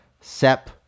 Sep